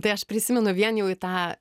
tai aš prisimenu vien jau į tą